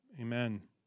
Amen